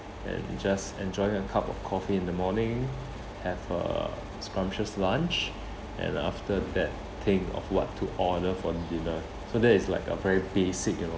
and just enjoy a cup of coffee in the morning have a scrumptious lunch and after that think of what to order for dinner so that is like a very basic you know